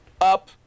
up